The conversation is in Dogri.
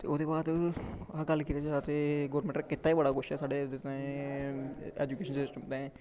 ते ओह्दे बाद अगर गल्ल कीती जा ते गौरमैंट नै कीता बी बड़ा कुछ ऐ साढ़ै उध्दर ताईं ऐजुकेशन सिस्टम ताएं